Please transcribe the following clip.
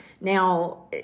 Now